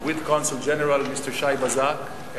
with Council General Mr. Shay Bazak.